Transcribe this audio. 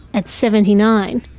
at seventy nine,